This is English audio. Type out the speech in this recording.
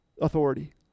authority